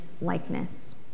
likeness